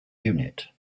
unit